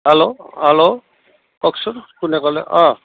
hello hello কওকচোন কোনে ক'লে অ